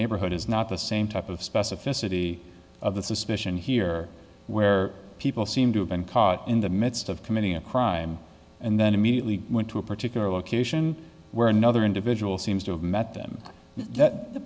neighborhood is not the same type of specificity of the suspicion here where people seem to have been caught in the midst of committing a crime and then immediately went to a particular location where another individual seems to have met them that the